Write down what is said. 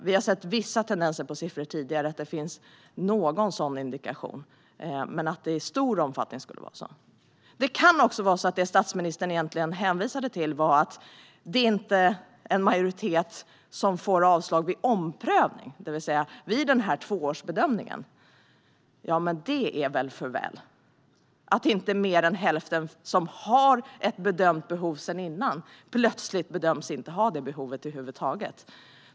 Vi har sett vissa tendenser tidigare i siffror som visar på någon sådan indikation, men att det i stor omfattning skulle vara så är oroande. Det statsministern kanske egentligen hänvisade till kan vara att det inte är en majoritet som får avslag vid just omprövning, det vill säga vid tvåårsbedömningen. Ja, men det är väl för väl att inte mer än hälften som sedan tidigare har ett bedömt behov plötsligt bedöms inte ha det över huvud taget.